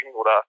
oder